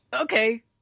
Okay